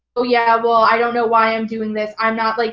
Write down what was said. oh yeah, well, i don't know why i'm doing this, i'm not, like